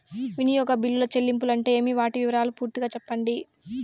వినియోగ బిల్లుల చెల్లింపులు అంటే ఏమి? వాటి వివరాలు పూర్తిగా సెప్పండి?